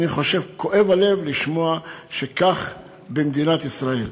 אני חושב כואב הלב לשמוע שכך במדינת ישראל.